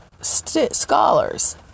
scholars